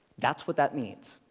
that's what that means.